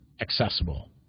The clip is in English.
accessible